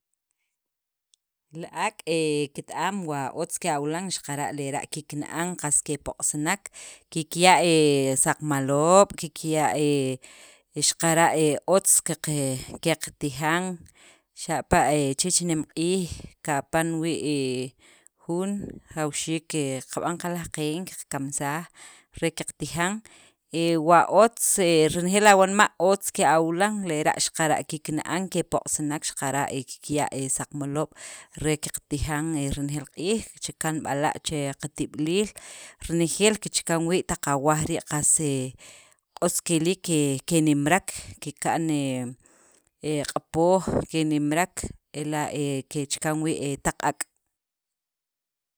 Li ak' he ket- am wa otz ke awilan, xaqara' lera' kikna'an, qas kepoq'sinek, kikya' he saqaloob', kikya' he xaqara' he otz qaqe qeqtijan, xapa' he chich nemq'iij kapan wii' he jun, jawxiik ke qab'an qaj laj qeen, qaqkamsaj re qaqtijan e wa he otz he renejeel awanma' otz kawilan, lera' xaqara' kikna'an kepoq'sinek xaqara' kikya' saqmaloob' re qaqtijan he renejeel q'iij kichakan b'ala' che qatib'iliil, renejeel kichakan wii' taq awaj rii', qas he q'os kiliik kenimrek, kika'n he q'apoj, kenimrek ela' kechakan wii' he taq ak